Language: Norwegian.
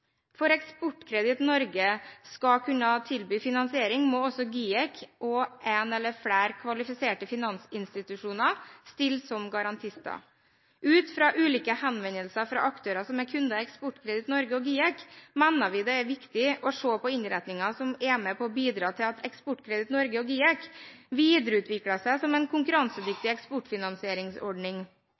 For at Eksportkreditt Norge skal kunne tilby finansiering, må også GIEK og én eller flere kvalifiserte finansinstitusjoner stille som garantister. Ut fra ulike henvendelser fra aktører som er kunder i Eksportkreditt Norge og GIEK, mener vi det er viktig å se på innretningen som er med på å bidra til at Eksportkreditt Norge og GIEK videreutvikler seg som en konkurransedyktig eksportfinansieringsordning,